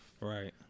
Right